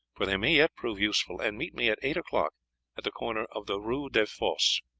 for they may yet prove useful, and meet me at eight o'clock at the corner of the rue des fosses.